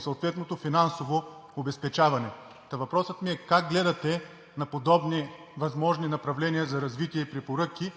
съответното финансово обезпечаване. Въпросът ми е: как гледате на подобни възможни направления за развитие, препоръките,